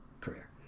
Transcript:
career